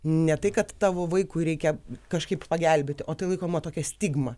ne tai kad tavo vaikui reikia kažkaip pagelbėti o tai laikoma tokia stigma